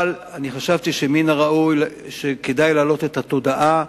אבל חשבתי שמן הראוי להעלות את הנושא לתודעה,